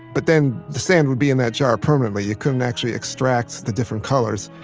but then the sand would be in that jar permanently. you couldn't actually extract the different colors,